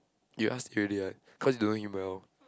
you ask already what cause you don't know him well